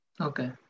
Okay